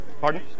Pardon